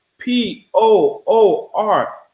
P-O-O-R